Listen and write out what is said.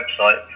website